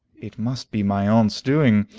it must be my aunt's doing,